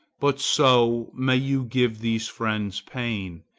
but so may you give these friends pain.